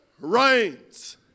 reigns